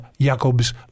Jacob's